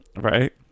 Right